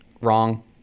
Wrong